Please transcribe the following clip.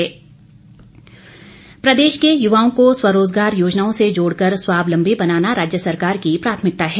बिक्रम ठाकुर प्रदेश के युवाओं को स्वरोजगार योजनाओं से जोड़कर स्वाबलंबी बनाना राज्य सरकार की प्राथमिकता है